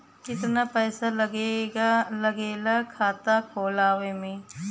कितना पैसा लागेला खाता खोलवावे में?